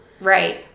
Right